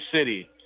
city